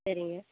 சரிங்க